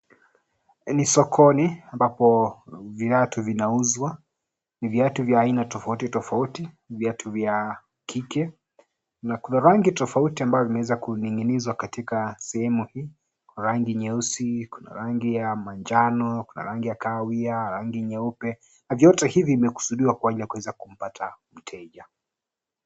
Ni sokoni ambapo viatu vinauzwa. Ni viatu ya aina tofauti tofauti. Viatu vya kike na kuna rangi tofauti ambazo zimeweza kuning'inizwa katika sehemu hii. Kuna rangi nyeusi, kuna rangi ya manjano, kuna rangi ya kahawia, rangi nyeupe. Na vyote hivi vimekusudiwa kwa ajili ya kuweza kupata mteja.